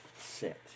sit